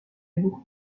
beaucoup